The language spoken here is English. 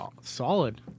Solid